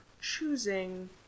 choosing